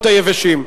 הפירות היבשים.